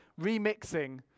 remixing